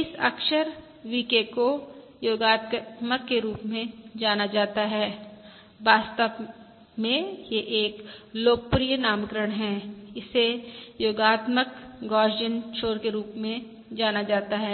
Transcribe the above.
इस अक्षर VK को योगात्मक के रूप में भी जाना जाता है वास्तव में यह एक लोकप्रिय नामकरण है इसे योगात्मक गौसियन शोर के रूप में जाना जाता है